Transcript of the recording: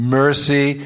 mercy